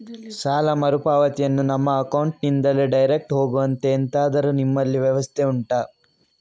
ಸಾಲ ಮರುಪಾವತಿಯನ್ನು ನಮ್ಮ ಅಕೌಂಟ್ ನಿಂದಲೇ ಡೈರೆಕ್ಟ್ ಹೋಗುವಂತೆ ಎಂತಾದರು ನಿಮ್ಮಲ್ಲಿ ವ್ಯವಸ್ಥೆ ಉಂಟಾ